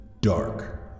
Dark